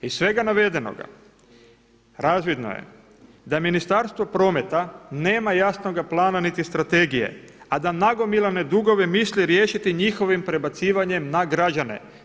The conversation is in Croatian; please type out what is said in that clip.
Iz svega navedenoga razvidno je da Ministarstvo prometa nema jasnoga plana niti strategije, a da nagomilane dugove misle riješiti njihovim prebacivanjem na građane.